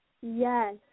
yes